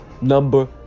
number